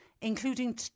including